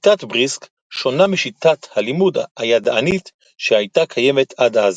שיטת בריסק שונה משיטת הלימוד הידענית שהייתה קיימת עד אז.